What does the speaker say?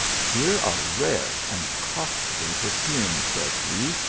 here are rare and costly perfumes, said he,